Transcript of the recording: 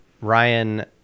Ryan